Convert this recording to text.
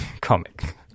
comic